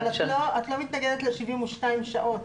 אבל את לא מתנגדת ל-72 שעות.